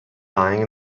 lying